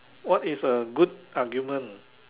what is a good argument